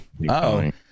-oh